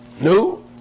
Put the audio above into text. No